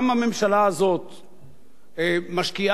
משקיעה במגזר הערבי,